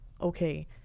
okay